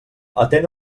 atén